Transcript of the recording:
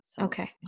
Okay